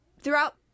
Throughout